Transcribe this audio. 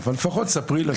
לפחות תספרי לנו.